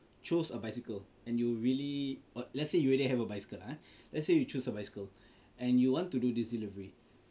chose a bicycle and you really err let's say you already have a bicycle lah let's say you choose a bicycle and you want to do this delivery